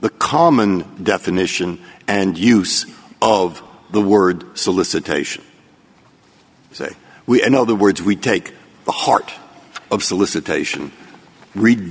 the common definition and use of the word solicitation to say we know the words we take the heart of solicitation read